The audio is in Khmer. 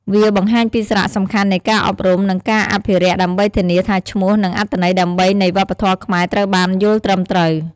វាបង្ហាញពីសារៈសំខាន់នៃការអប់រំ និងការអភិរក្សដើម្បីធានាថាឈ្មោះ និងអត្ថន័យដើមនៃវប្បធម៌ខ្មែរត្រូវបានយល់ត្រឹមត្រូវ។